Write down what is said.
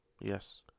Yes